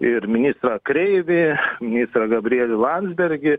ir ministrą kreivį ministrą gabrielių landsbergį